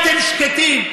הייתם שקטים.